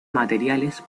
materiales